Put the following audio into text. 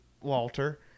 Walter